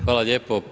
Hvala lijepo.